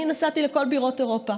אני נסעתי לכל בירות אירופה.